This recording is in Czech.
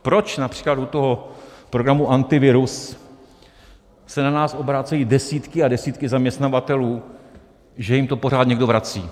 Proč například u programu Antivirus se na nás obracejí desítky a desítky zaměstnavatelů, že jim to pořád někdo vrací?